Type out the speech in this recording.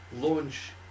launch